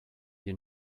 you